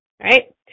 Right